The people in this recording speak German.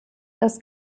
das